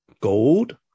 Gold